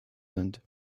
sind